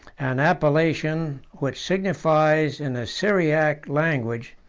an appellation which signifies, in the syriac language,